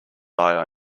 eye